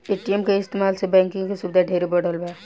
ATM के इस्तमाल से बैंकिंग के सुविधा ढेरे बढ़ल बा